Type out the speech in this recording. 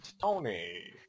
Tony